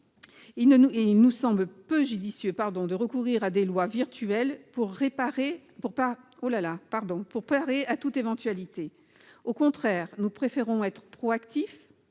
il nous semble peu judicieux de recourir à des lois virtuelles pour parer à toute éventualité. Au contraire, nous préférons être proactifs